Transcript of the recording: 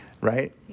right